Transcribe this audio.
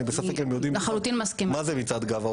אני בספק אם הם יודעים מה זה מצעד הגאווה,